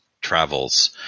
travels